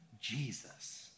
Jesus